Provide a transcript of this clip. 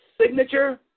signature